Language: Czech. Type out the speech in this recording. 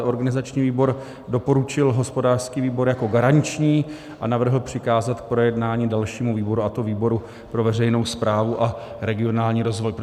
Organizační výbor doporučil hospodářský výbor jako garanční a navrhl přikázat k projednání dalšímu výboru, a to výboru pro veřejnou správu a regionální rozvoj.